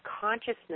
consciousness